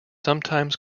sometimes